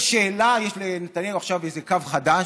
יש שאלה, יש לנתניהו עכשיו איזה קו חדש,